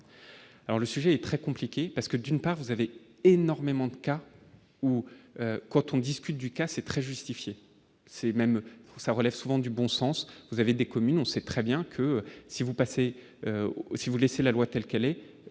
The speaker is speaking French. alors le sujet est très compliquée, parce que d'une part vous avez énormément de cas où quand on discute du cas c'est très justifié, c'est même ça relève souvent du bon sens, vous avez des communes, on sait très bien que si vous passez aussi vous laisser la loi telle qu'elle est,